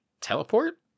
teleport